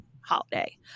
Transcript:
holiday